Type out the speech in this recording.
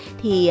thì